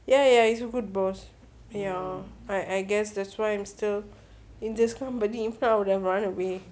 ya ya he is a good boss ya I I guess that's why I'm still in this company if not I would have run away